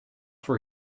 for